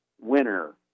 winner